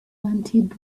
wanted